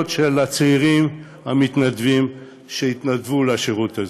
של הצעירים שהתנדבו לשירות הזה.